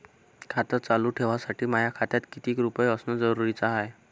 खातं चालू ठेवासाठी माया खात्यात कितीक रुपये असनं जरुरीच हाय?